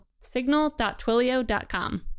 signal.twilio.com